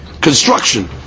construction